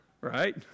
Right